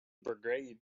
brigade